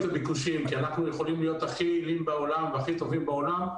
הביקושים כי אנחנו יכולים להיות הכי יעילים בעולם והכי טובים בעולם,